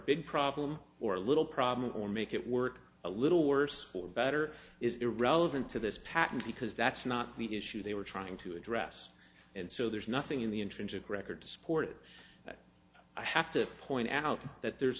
big problem or a little problem or make it work a little worse or better is irrelevant to this patent because that's not the issue they were trying to address and so there's nothing in the intrinsic record to support it i have to point out that there's